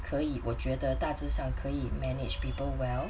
可以我觉得大致上可以 manage people well